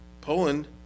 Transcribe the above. Poland